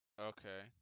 Okay